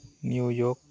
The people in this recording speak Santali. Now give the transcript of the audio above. New York